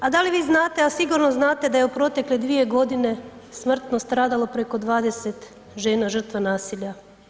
A dali vi znate, a sigurno znate da je u protekle 2 godine smrtno stradalo preko 20 žena žrtva nasilja?